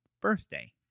birthday